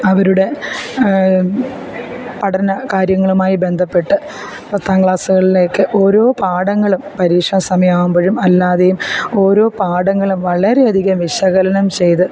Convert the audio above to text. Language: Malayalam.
അവരുടെ പഠന കാര്യങ്ങളുമായി ബന്ധപ്പെട്ട് പത്താം ക്ലാസുകളിലേക്ക് ഓരോ പാഠങ്ങളും പരീക്ഷാ സമയമാകുമ്പോഴും ഓരോ പാഠങ്ങളും വളരെയധികം വിശകലനം ചെയ്ത്